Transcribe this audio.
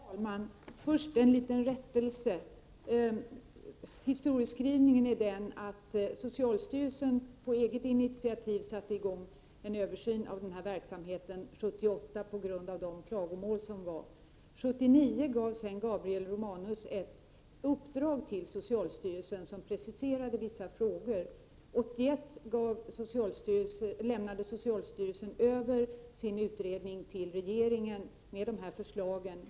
Herr talman! Jag vill först göra en liten rättelse. Historieskrivningen är att socialstyrelsen på grund av de klagomål som framkommit på eget initiativ satte i gång en översyn av denna verksamhet 1978. År 1979 gav Gabriel Romanus ett uppdrag till socialstyrelsen i vilket vissa frågor preciserades. År 1981 lämnade socialstyrelsen över sin utredning till regeringen med dessa förslag.